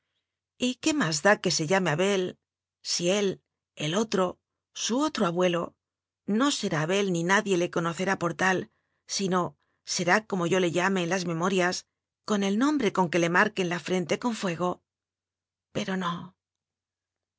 yo y qué más da que se llame abel si él el otro su otro abuelo no será abel ni nadie le conocerá por tal sino será como yo le llame en las memorias con el nombre con que le marque en la frente con fuego pero no